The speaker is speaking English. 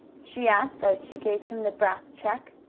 she asked as she gave him the brass check.